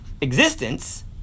existence